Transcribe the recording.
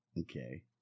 Okay